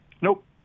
Nope